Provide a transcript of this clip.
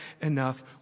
enough